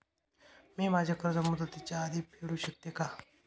मी माझे कर्ज मुदतीच्या आधी फेडू शकते का?